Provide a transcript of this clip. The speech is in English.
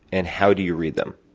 and how do you read them?